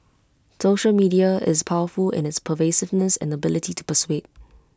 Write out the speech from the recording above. social media is powerful in its pervasiveness and ability to persuade